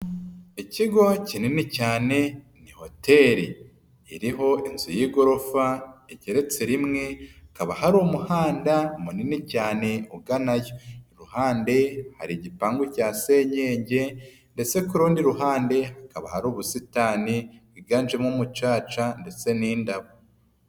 Ikigo kinini cyane ni hoteri, iriho inzu y'igorofa igereretse rimwe, hakaba hari umuhanda munini cyane uganayo. Iruhande hari igipangu cya senyenge ndetse ku rundi ruhande hakaba hari ubusitani bwiganjemo umucaca ndetse n'indabo.